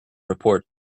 report